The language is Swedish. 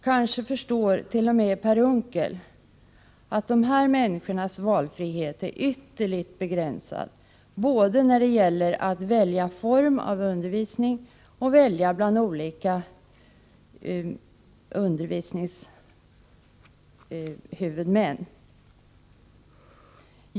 Kanske förstår t.o.m. Per Unckel att de här människornas valfrihet är ytterligt begränsad både när det gäller att välja form av undervisning och när det gäller att välja mellan olika undervisningshuvudmän.